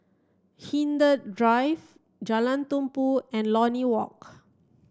Hindhede Drive Jalan Tumpu and Lornie Walk